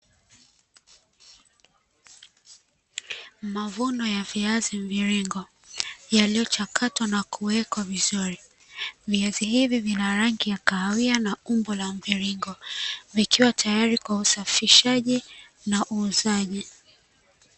Mavuno ya viazi mviringo, yaliyochakatwa na kuwekwa vizuri. Viazi hivi vina rangi ya kahawia na umbo la mviringo, vikiwa tayari kw usafishaji na uuzaji.